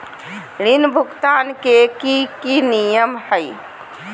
ऋण भुगतान के की की नियम है?